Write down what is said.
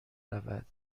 رود